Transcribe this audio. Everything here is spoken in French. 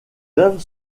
œuvres